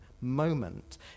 moment